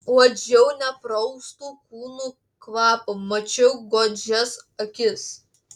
uodžiau nepraustų kūnų kvapą mačiau godžias akis